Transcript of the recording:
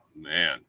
man